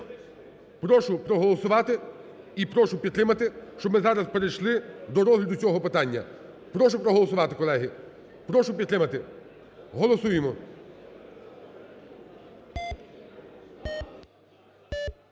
Прошу проголосувати і прошу підтримати, щоб ми зараз перейшли до розгляду цього питання. Прошу проголосувати, колеги. Прошу підтримати. Голосуємо.